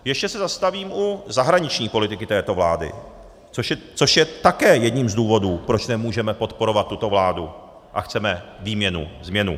Ještě se zastavím u zahraniční politiky této vlády, což je také jedním z důvodů, proč nemůžeme podporovat tuto vládu a chceme výměnu, změnu.